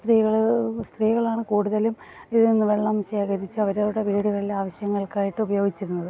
സ്ത്രീകൾ സ്ത്രീകളാണ് കൂടുതലും ഇതിൽനിന്ന് വെള്ളം ശേഖരിച്ച് അവരവരുടെ വീടുകളിൽ ആവശ്യങ്ങൾക്കായിട്ട് ഉപയോഗിച്ചിരുന്നത്